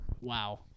Wow